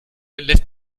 lässt